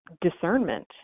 discernment